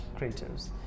creatives